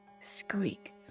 squeak